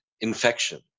infection